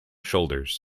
shoulders